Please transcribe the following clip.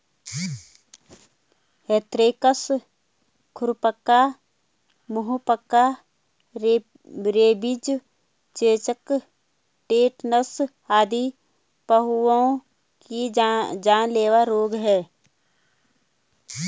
anthrax, खुरपका, मुहपका, rabies, चेचक, टेटनस आदि पहुओं के जानलेवा रोग हैं